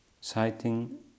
citing